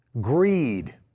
greed